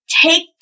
Take